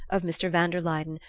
of mr. van der luyden,